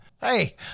Hey